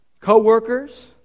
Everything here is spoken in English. co-workers